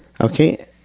Okay